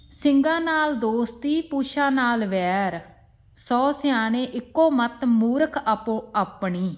ਸਿੰਘਾਂ ਨਾਲ ਦੋਸਤੀ ਪੂਛਾਂ ਨਾਲ ਵੈਰ ਸੌ ਸਿਆਣੇ ਇੱਕੋ ਮੱਤ ਮੂਰਖ ਆਪੋ ਆਪਣੀ